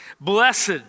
Blessed